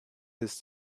his